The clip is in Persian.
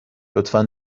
لطفا